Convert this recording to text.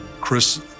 Chris